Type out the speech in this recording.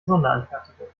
sonderanfertigung